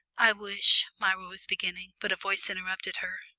i wish myra was beginning, but a voice interrupted her.